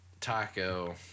taco